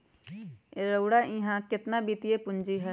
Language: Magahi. रउरा इहा केतना वित्तीय पूजी हए